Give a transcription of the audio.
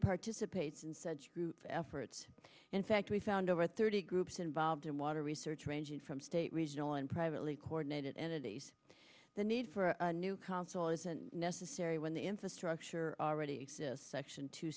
participates in such efforts in fact we found over thirty groups involved in water research ranging from state regional and privately coordinated entities the need for a new console isn't necessary when the infrastructure already exists action to